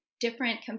different